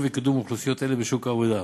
וקידום של אוכלוסיות אלה בשוק העבודה.